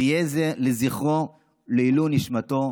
ויהיה זה לזכרו ולעילוי נשמתו.